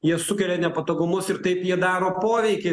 jie sukelia nepatogumus ir taip jie daro poveikį